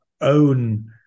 own